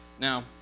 Now